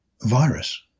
virus